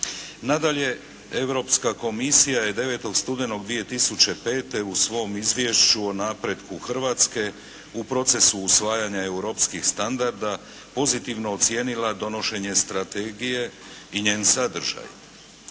Nadalje, Europska komisija je 9. studenog 2005. u svom izvješću o napretku Hrvatske u procesu usvajanja europskih standarda pozitivno ocijenila donošenje strategije i njen sadržaj.